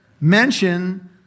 mention